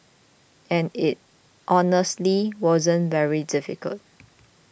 and it honestly wasn't very difficult